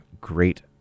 great